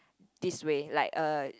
this way like a